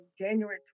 January